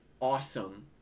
awesome